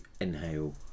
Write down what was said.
inhale